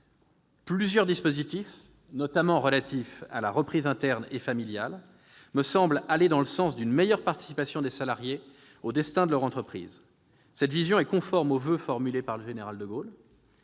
plusieurs dispositifs, notamment relatifs à la reprise interne et familiale, me semblent aller dans le sens d'une meilleure participation des salariés au destin de leur entreprise. Cette vision est conforme au voeu formulé par le général de Gaulle